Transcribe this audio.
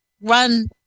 run